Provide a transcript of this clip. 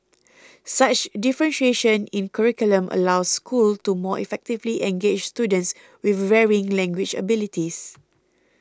such differentiation in curriculum allows schools to more effectively engage students with varying language abilities